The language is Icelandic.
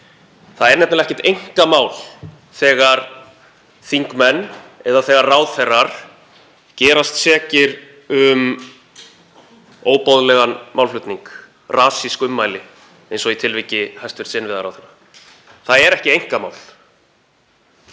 Það er nefnilega ekki einkamál þegar þingmenn eða þegar ráðherrar gerast sekir um óboðlegan málflutning, rasísk ummæli eins og í tilviki hæstv. innviðaráðherra. Það er ekki einkamál.